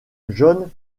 john